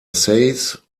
essays